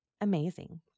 amazing